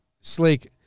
Sleek